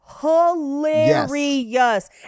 hilarious